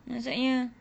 maksudnya